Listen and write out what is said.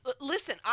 Listen